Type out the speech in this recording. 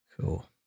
Cool